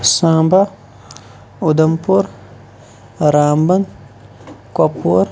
Samba Udhampur Ramban Kupwara